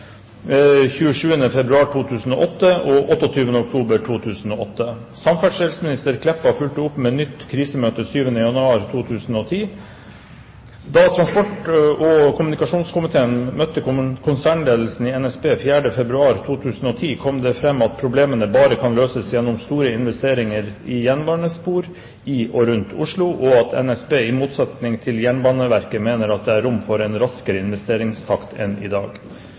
4. februar, ble det bekreftet at problemene bare kan løses gjennom store investeringer i jernbanespor i og rundt Oslo, og at NSB, i motsetning til Jernbaneverket, mener at det er rom for en raskere investeringstakt enn i dag.